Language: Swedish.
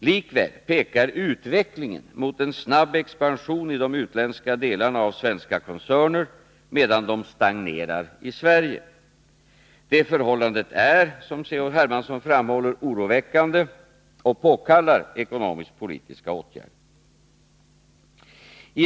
Likväl pekar utvecklingen mot en snabb expansion i de utländska delarna av svenska koncerner, medan de stagnerar i Sverige. Detta förhållande är, som C.-H. Hermansson framhåller, oroväckande och påkallar ekonomisk-politiska åtgärder.